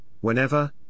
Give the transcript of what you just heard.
whenever